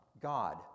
God